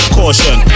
caution